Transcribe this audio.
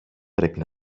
πρέπει